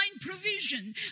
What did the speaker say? provision